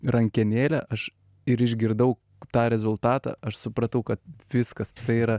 rankenėlę aš ir išgirdau tą rezultatą aš supratau kad viskas tai yra